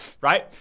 right